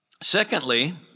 Secondly